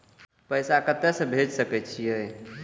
पैसा कते से भेज सके छिए?